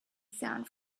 sound